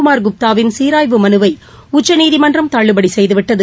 குமார் குப்தாவின் சீராய்வு மனுவை உச்சநீதிமன்றம் தள்ளுபடி செய்துவிட்டது